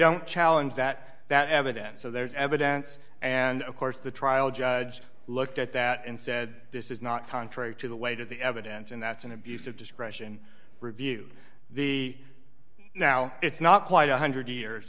don't challenge that that evidence so there's evidence and of course the trial judge looked at that and said this is not contrary to the weight of the evidence and that's an abuse of discretion review the now it's not quite one hundred years